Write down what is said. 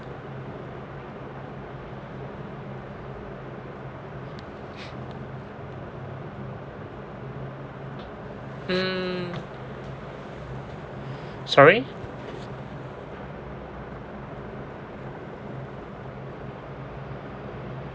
mm sorry